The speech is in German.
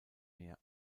meer